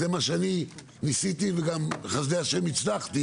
זה מה שאני ניסיתי וגם בחסדי ה' הצלחתי